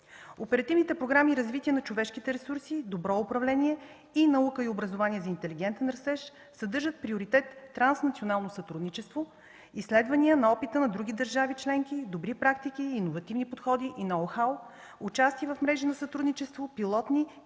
Оперативните програми „Развитие на човешките ресурси”, „Добро управление” и „Наука и образование за интелигентен растеж“ съдържат приоритет в транснационално сътрудничество, изследване на опита на други държави членки, добри практики, иновативни подходи и ноу-хау, участие в мрежи на сътрудничество, пилотни и иновативни